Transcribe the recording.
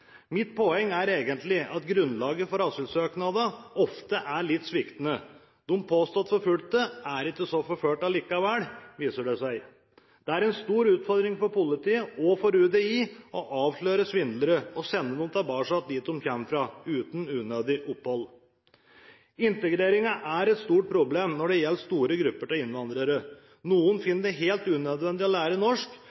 Mitt poeng er egentlig at grunnlaget for asylsøknader ofte er litt sviktende. De påstått forfulgte er ikke så forfulgt likevel, viser det seg. Det er en stor utfordring for politiet og for UDI å avsløre svindlere og sende dem tilbake dit de kommer fra, uten unødig opphold. Integreringen er et stort problem når det gjelder store grupper av innvandrere. Noen